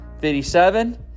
57